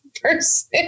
person